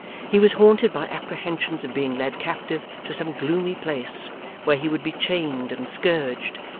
he was haunted by apprehensions of being led captive to some gloomy place where he would be chained and scourged,